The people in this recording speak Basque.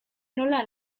nola